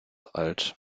alt